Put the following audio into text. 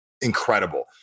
incredible